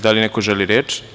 Da li neko želi reč?